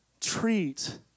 treat